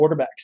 quarterbacks